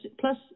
plus